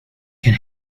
can